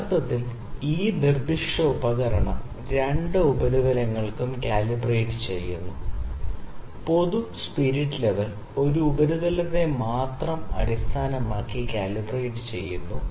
യഥാർത്ഥത്തിൽ ഈ നിർദ്ദിഷ്ട ഉപകരണം രണ്ട് ഉപരിതലങ്ങൾക്കും കാലിബ്രേറ്റ് ചെയ്യുന്നു പൊതു സ്പിരിറ്റ് ലെവൽ ഒരു ഉപരിതലത്തെ മാത്രം അടിസ്ഥാനമാക്കി കാലിബ്രേറ്റ് ചെയ്യുന്നു